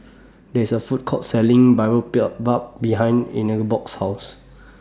There IS A Food Court Selling Boribap behind Ingeborg's House